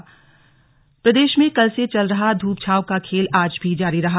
slug मौसम प्रदेश में कल से चल रहा धूप छांव का खेल आज भी जारी रहा